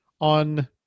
on